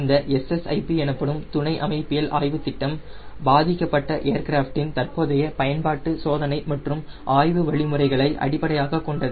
இந்த SSIP எனப்படும் துணை அமைப்பில் ஆய்வு திட்டம் பாதிக்கப்பட்ட ஏர்கிராஃப்டின் தற்போதைய பயன்பாட்டு சோதனை மற்றும் ஆய்வு வழிமுறைகளை அடிப்படையாகக் கொண்டது